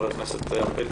חבר הכנסת ארבל.